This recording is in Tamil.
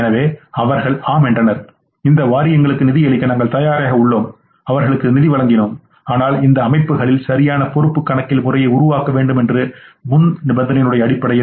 எனவே அவர்கள் ஆம் என்றனர் இந்த வாரியங்களுக்கு நிதியளிக்க நாங்கள் தயாராக உள்ளோம் அவர்களுக்கு நிதி வழங்கினோம் ஆனால் இந்த அமைப்புகளில் சரியான பொறுப்பு கணக்கியல் முறையை உருவாக்க வேண்டும் என்ற முன் நிபந்தனையின் அடிப்படையில்